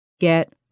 Get